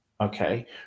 okay